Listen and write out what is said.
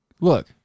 Look